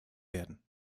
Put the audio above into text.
werden